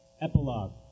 epilogue